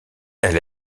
elle